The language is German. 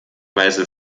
weise